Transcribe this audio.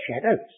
shadows